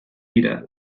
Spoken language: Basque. dira